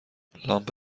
لامپ